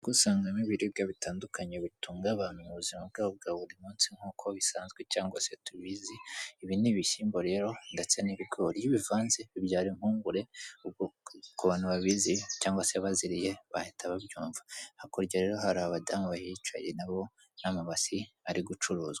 Usangamo ibiribwa bitandukanye bitungaye abantu mu buzima bwabo bwa buri munsi, nk'uko bisanzwe cyangwa se tubizi ibi n'ibishyimbo rero ndetse n'ibigori bivanze bibyara impungure, ubwo ku bantu babizi cyangwa se baziriye bahita babyumva hakurya rero hari abadamu bahicaye nabo n'amabasi ari gucuruzwa.